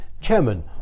Chairman